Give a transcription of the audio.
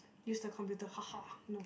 use the computer ha ha no